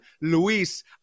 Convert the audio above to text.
Luis